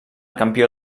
campió